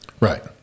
Right